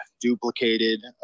duplicated